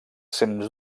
sens